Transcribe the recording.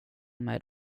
med